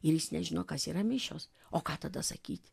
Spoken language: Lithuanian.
ir jis nežino kas yra mišios o ką tada sakyti